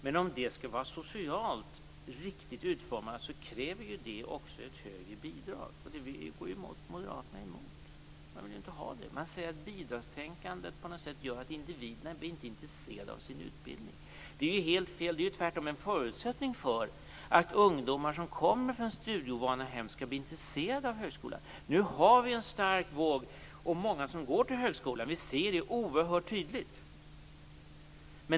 Men om det skall vara socialt riktigt utformat kräver det också ett högre bidrag, och det går ju moderaterna emot. Man vill inte ha det. Man säger att bidragstänkandet på något sätt gör att individerna inte blir intresserade av sin utbildning. Det är helt fel. Det är tvärtom en förutsättning för att ungdomar som kommer från studieovana hem skall bli intresserade av högskolan. Nu finns det en stark våg av många som går till högskolan. Vi kan se det tydligt.